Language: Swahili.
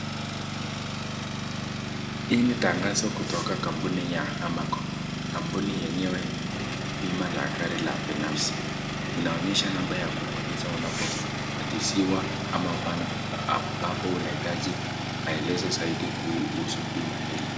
Hii ni tangazo kutoka kampuni ya amako, kampuni yenyewe ina bima ya nafsi inaonyesha, kubonyesha unapokatisiwa ama ambapo inaitaji maelezo zaidi kuhusu bima hili.